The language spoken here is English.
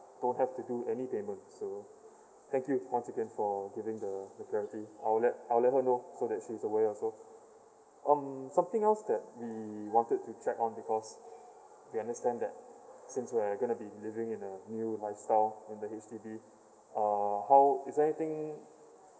don't have to do any payment so thank you once again for giving the the clarity I'll let I'll let her know so that she's aware also um something else that we wanted to check on because we understand that since we're going to be living in a new lifestyle in the H_D_B uh how is there anything